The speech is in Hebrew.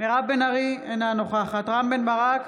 מירב בן ארי, אינה נוכחת רם בן ברק,